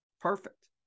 Perfect